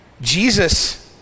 Jesus